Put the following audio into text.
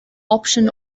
option